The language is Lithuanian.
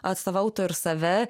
atstovautų ir save